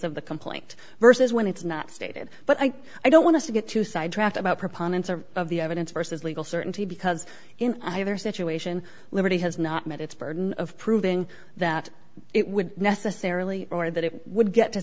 of the complaint versus when it's not stated but i i don't want to get too sidetracked about proponents of the evidence versus legal certainty because in either situation liberty has not met its burden of proving that it would necessarily or that it would get